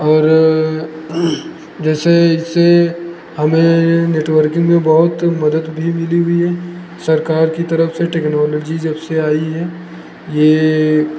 और जैसे इससे हमें नेटवर्किंग में बहुत मदद भी मिली हुई है सरकार की तरफ से टेक्नोलॉजी जब से आई है ये